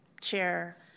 chair